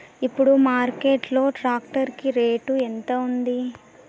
ఇప్పుడు మార్కెట్ లో ట్రాక్టర్ కి రేటు ఎంత ఉంది?